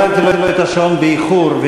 הפעלתי לו את השעון באיחור,